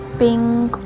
pink